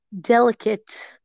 delicate